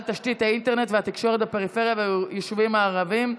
תשתיות האינטרנט והתקשורת בפריפריה וביישובים הערביים,